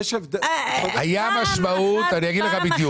היה משמעות, אני אגיד לך בדיוק.